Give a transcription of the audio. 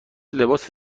لباس